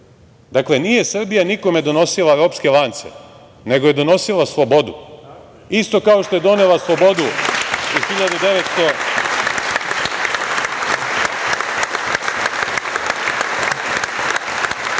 godine. Dakle, nije Srbija nikome donosila ropske lance, nego je donosila slobodu. Isto kao što je donela slobodu i 1912.